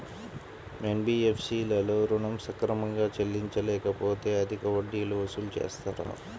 NBFC లలో ఋణం సక్రమంగా చెల్లించలేకపోతె అధిక వడ్డీలు వసూలు చేస్తారా?